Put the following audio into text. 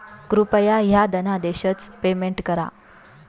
कृपया ह्या धनादेशच पेमेंट करा